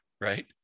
Right